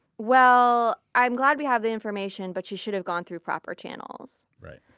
well i'm glad we have the information, but she should have gone through proper channels. right.